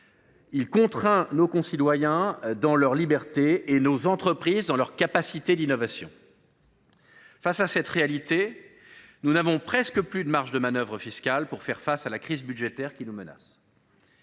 il contraint nos concitoyens dans leur liberté et nos entreprises dans leur capacité d’innovation. Aussi n’avons nous presque plus de marge de manœuvre fiscale pour faire face à la crise budgétaire qui nous menace.